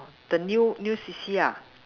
the new new C_C ah